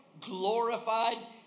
glorified